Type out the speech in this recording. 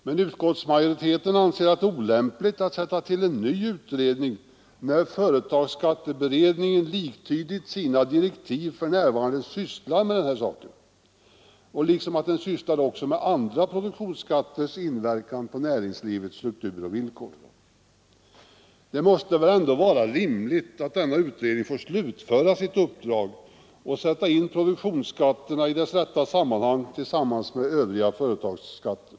Men utskottsmajoriteten anser att det är olämpligt att tillsätta en ny utredning när företagsskatteberedningen i enlighet med sina direktiv för närvarande sysslar med denna sak och frågan om andra produktionsskatters inverkan på näringslivets struktur och villkor. Det måste väl ändå vara rimligt att denna utredning får slutföra sitt uppdrag och sätta in produktionsskatterna i deras rätta sammanhang tillsammans med övriga företagsskatter.